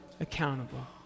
accountable